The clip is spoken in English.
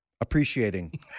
appreciating